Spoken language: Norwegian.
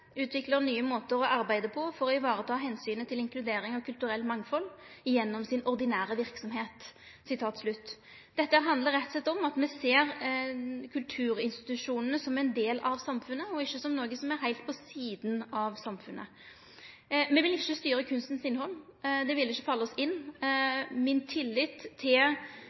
nye måter å arbeide på for å ivareta hensynet til inkludering og kulturelt mangfold gjennom sin ordinære virksomhet.» Dette handlar rett og slett om at me ser kulturinstitusjonane som ein del av samfunnet, og ikkje som noko som er heilt på sida av samfunnet. Me vil ikkje styre kunstens innhald. Det ville ikkje falle oss inn. Min tillit til